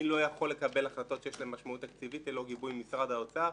אני לא יכול לקבל החלטות שיש להן משמעות תקציבית ללא גיבוי משרד האוצר,